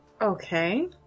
Okay